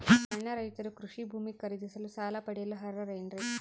ಸಣ್ಣ ರೈತರು ಕೃಷಿ ಭೂಮಿ ಖರೇದಿಸಲು ಸಾಲ ಪಡೆಯಲು ಅರ್ಹರೇನ್ರಿ?